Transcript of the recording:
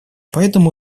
поэтому